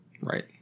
Right